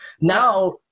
Now